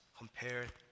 compared